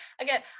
again